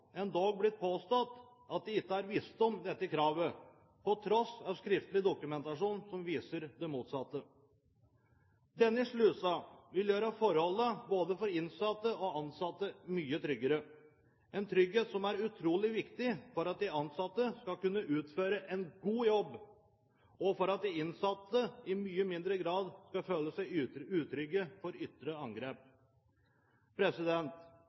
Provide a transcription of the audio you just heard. blitt påstått at de ikke har visst om dette kravet, på tross av skriftlig dokumentasjon som viser det motsatte. Denne slusen vil gjøre forholdene både for innsatte og ansatte mye tryggere – en trygghet som er utrolig viktig for at de ansatte skal kunne utføre en god jobb, og for at de innsatte i mye mindre grad skal føle seg utrygge for ytre angrep.